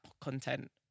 content